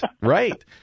Right